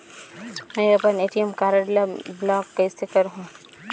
मै अपन ATM card ल ब्लाक कइसे करहूं?